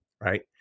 right